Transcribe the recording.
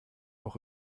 auch